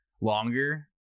longer